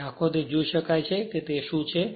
જે આંખો થી જોઈ શકાય છે કે તે શું છે